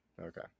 Okay